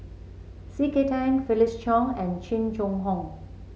C K Tang Felix Cheong and Jing Jun Hong